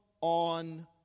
on